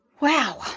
Wow